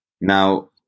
Now